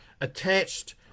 attached